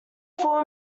full